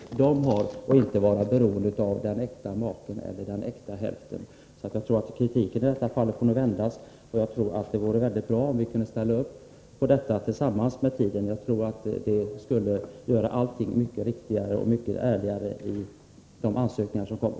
Man skall inte behöva vara beroende av den äkta maken. Jag tror således att vi i detta fall får vända på kritiken. Det vore väldigt bra om vi alla så småningom kunde ställa upp på detta. Jag tror att uppgifterna i de ansökningar som kommer in då skulle bli mycket riktigare och ärligare.